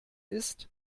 ist